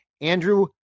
Andrew